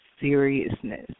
seriousness